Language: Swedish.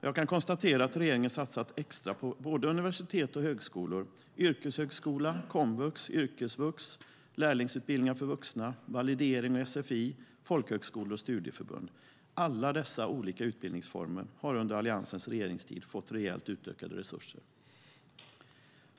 Jag kan konstatera att regeringen satsat extra på universitet och högskolor, yrkeshögskola, komvux och yrkesvux, lärlingsutbildningar för vuxna, validering och sfi och folkhögskolor och studieförbund. Alla dessa olika utbildningsformer har under Alliansens regeringstid fått rejält utökade resurser.